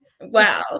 Wow